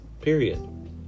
Period